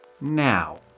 now